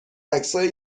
عکسای